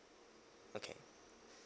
okay